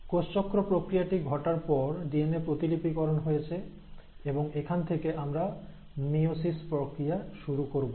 কোষচক্র প্রক্রিয়াটি ঘটার পর ডিএনএ প্রতিলিপিকরণ হয়েছে এবং এখান থেকে আমরা মিয়োসিস প্রক্রিয়া শুরু করব